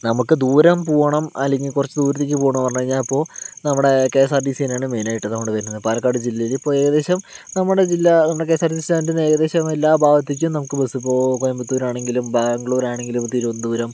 നമുക്ക് ദൂരം പോകണം അല്ലെങ്കിൽ കുറച്ച് ദൂരത്തേക്ക് പോകണമെന്ന് പറഞ്ഞ് കഴിഞ്ഞാൽ ഇപ്പോൾ നമ്മുടെ K S R T C തന്നെയാണ് മെയിനായിട്ട് നമ്മുടെ വരുന്നത് പാലക്കാട് ജില്ലയിൽ ഇപ്പോൾ ഏകദേശം നമ്മുടെ ജില്ല നമ്മുടെ K S R T C സ്റ്റാൻഡിൽ നിന്ന് ഏകദേശം എല്ലാ ഭാഗത്തേക്കും നമുക്ക് ബസ്സ് ഇപ്പോൾ കോയമ്പത്തൂരാണെങ്കിലും ബാംഗ്ലൂരാണെങ്കിലും തിരുവനന്തപുരം